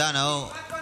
תודה, נאור.